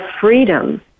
freedom